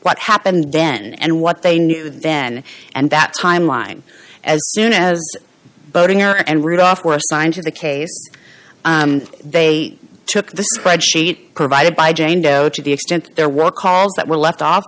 what happened then and what they knew then and that timeline as soon as voting hour and rudolph were assigned to the case they took the spreadsheet provided by jane doe to the extent there were calls that were left off